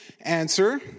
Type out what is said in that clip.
answer